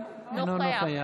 אינו נוכח